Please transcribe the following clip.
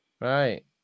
Right